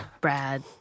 Brad